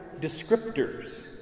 descriptors